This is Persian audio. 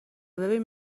ببین